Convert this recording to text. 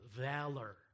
valor